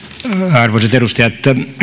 arvoisat edustajat